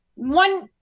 One